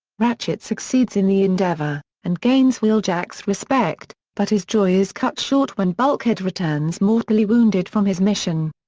ratchet succeeds in the endeavor, and gains wheeljack's respect, but his joy is cut short when bulkhead returns mortally wounded from his mission.